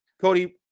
Cody